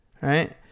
Right